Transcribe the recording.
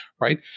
right